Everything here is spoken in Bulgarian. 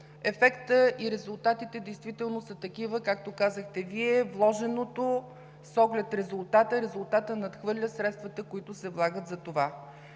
ефектът и резултатите действително са такива, както казахте Вие – вложеното с оглед резултата, и резултатът надхвърля средствата, които се влагат за това.